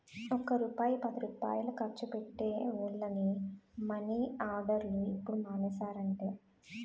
ఒక్క రూపాయి పదిరూపాయలు ఖర్చు పెట్టే వోళ్లని మని ఆర్డర్లు ఇప్పుడు మానేసారట